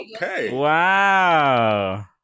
Wow